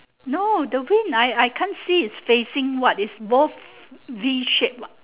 no the wing I I I can't see is facing what is both V shape what